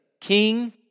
king